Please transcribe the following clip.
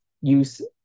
use